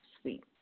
sweet